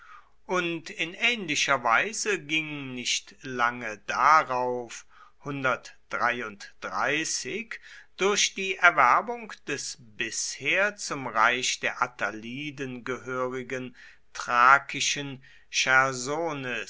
und in ähnlicher weise ging nicht lange darauf durch die erwerbung des bisher zum reich der attaliden gehörigen thrakischen